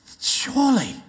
Surely